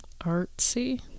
Artsy